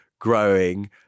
growing